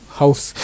house